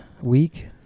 week